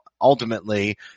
ultimately